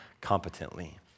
competently